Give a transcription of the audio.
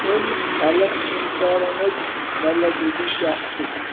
ییٚمۍ ہٮ۪لٕتھ اِنشورَنٕچ ویلڈِٹی کیٛاہ چھُ